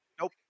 Nope